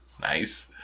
Nice